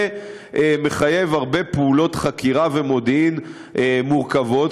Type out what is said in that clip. זה מחייב הרבה פעולות חקירה ומודיעין מורכבות,